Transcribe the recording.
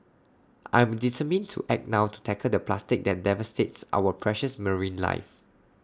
I am determined to act now to tackle the plastic that devastates our precious marine life